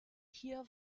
hier